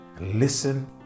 listen